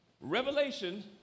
Revelation